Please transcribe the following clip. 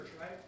right